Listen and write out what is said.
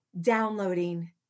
downloading